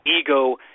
ego